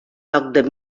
toc